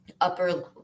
upper